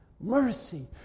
Mercy